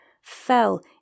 fell